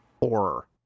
Horror